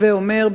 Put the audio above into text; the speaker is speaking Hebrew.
הווי אומר,